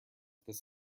this